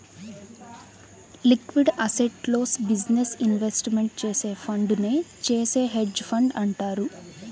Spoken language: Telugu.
లిక్విడ్ అసెట్స్లో బిజినెస్ ఇన్వెస్ట్మెంట్ చేసే ఫండునే చేసే హెడ్జ్ ఫండ్ అంటారు